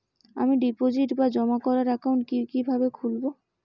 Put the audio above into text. আমি ডিপোজিট বা জমা করার একাউন্ট কি কিভাবে খুলবো?